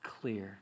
clear